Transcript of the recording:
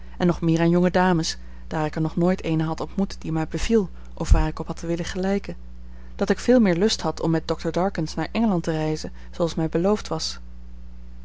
en nog meer aan jonge dames daar ik er nog nooit eene had ontmoet die mij beviel of waar ik op had willen gelijken dat ik veel meer lust had om met dr darkins naar engeland te reizen zooals mij beloofd was